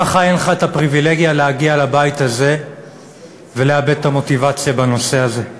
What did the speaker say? ככה אין לך הפריבילגיה להגיע לבית הזה ולאבד את המוטיבציה בנושא הזה.